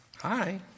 Hi